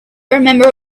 remember